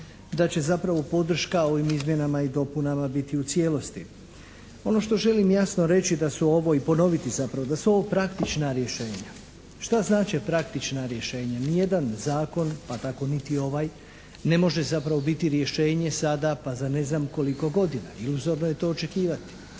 da će zapravo podrška ovim izmjenama i dopunama biti u cijelosti. Ono što želim jasno reći da su ovo, i ponoviti zapravo da su ovo praktična rješenja. Šta znače praktična rješenja? Ni jedan zakon, pa tako niti ovaj ne može zapravo biti rješenje sada pa za ne znam koliko godina, iluzorno je to očekivati.